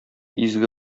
изге